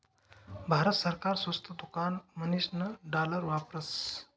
भारत सरकार स्वस्त दुकान म्हणीसन डालर वापरस